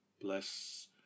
bless